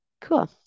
Cool